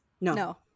No